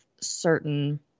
certain